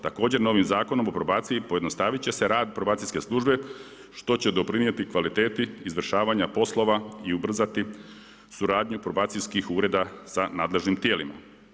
Također novim zakonom o probaciji pojednostavit će se rad probacijske službe što će doprinijeti kvaliteti izvršavanja poslova i ubrzati suradnju probacijskih ureda sa nadležnim tijelima.